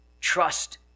Trust